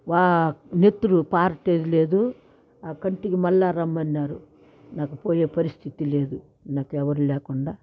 వా నెత్తురు పార్టేజ్ లేదు కంటికి మళ్ళీ రమ్మన్నారు నాకు పోయే పరిస్థితి లేదు నాకు ఎవరు లేకుండా